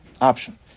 option